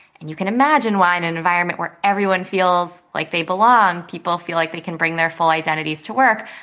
and you can imagine why in an environment where everyone feels like they belong, people feel like they can bring their full identities to work,